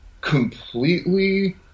completely